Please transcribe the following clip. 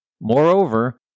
Moreover